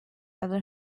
other